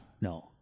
No